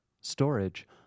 storage